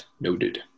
Noted